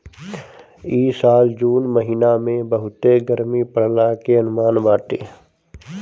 इ साल जून महिना में बहुते गरमी पड़ला के अनुमान बाटे